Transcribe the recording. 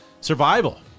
Survival